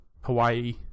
hawaii